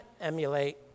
emulate